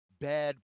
Bad